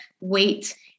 weight